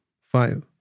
five